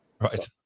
Right